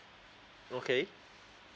okay